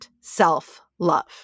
self-love